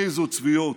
איזו צביעות.